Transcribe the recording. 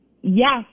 yes